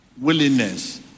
willingness